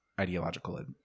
ideological